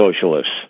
socialists